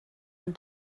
and